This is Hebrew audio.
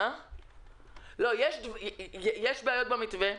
יש בעיות במתווה.